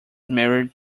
married